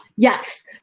Yes